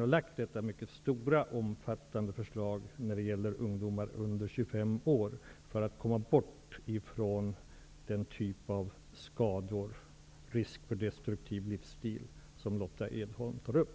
har lagt fram ett mycket omfattande förslag som gäller ungdomar under 25 år, just för att komma bort från den typ av skador, risk för destruktiv livsstil, som Lotta Edholm tar upp.